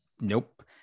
nope